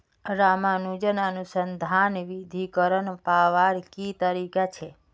रामानुजन अनुसंधान निधीकरण पावार की तरीका छे